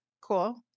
cool